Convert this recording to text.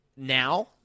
Now